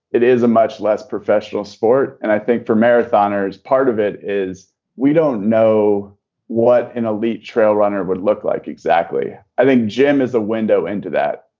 it is a much less professional sport. and i think for marathoners, part of it is we don't know what an elite trail runner would look like. exactly. i think jim is a window into that.